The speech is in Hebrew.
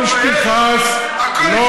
ככל שתכעס, אתה לא מתבייש?